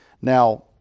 Now